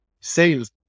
sales